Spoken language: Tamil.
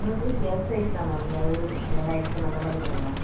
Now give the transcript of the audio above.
என்னோட சைஸ் எல் சைஸ் தான் மேம் எல் இல்லைன்னா எக்ஸ்எல் அந்த மாதிரி கொடுங்க